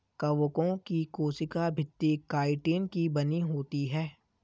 कवकों की कोशिका भित्ति काइटिन की बनी होती है